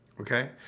Okay